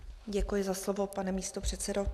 Děkuji za slovo, pane místopředsedo.